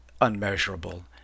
unmeasurable